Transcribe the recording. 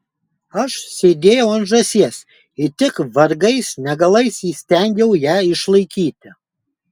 aš sėdėjau ant žąsies ir tik vargais negalais įstengiau ją išlaikyti